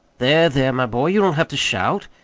there, there, my boy, you don't have to shout.